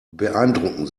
beeindrucken